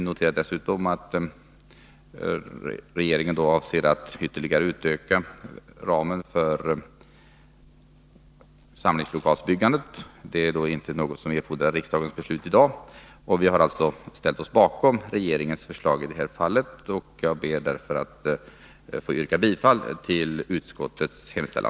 Vi noterar dessutom att regeringen avser att ytterligare öka ramen för samlingslokalsbyggandet. Det är dock inte något som erfordrar riksdagens beslut i dag. Jag ber att få yrka bifall till utskottets hemställan.